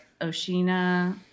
Oshina